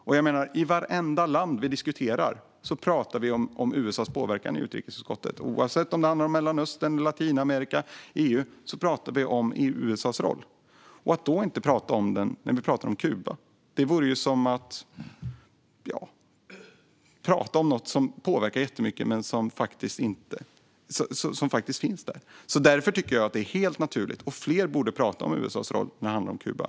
Och när det gäller vartenda land vi diskuterar i utrikesutskottet pratar vi om USA:s påverkan. Oavsett om det handlar om Mellanöstern, Latinamerika eller EU pratar vi om USA:s roll. Att inte prata om USA:s roll när vi pratar om Kuba är som att inte prata om något som påverkar jättemycket och som faktiskt finns där. Därför tycker jag att det är helt naturligt och att fler borde prata om USA:s roll när det handlar om Kuba.